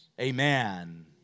Amen